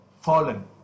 fallen